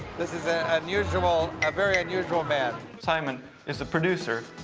this is an unusual a very unusual man. simon is the producer,